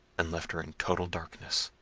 and left her in total darkness.